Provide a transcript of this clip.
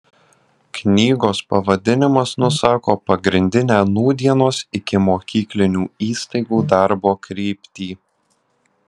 knygos pavadinimas nusako pagrindinę nūdienos ikimokyklinių įstaigų darbo kryptį